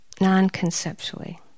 non-conceptually